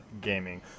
gaming